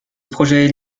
projet